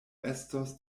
estos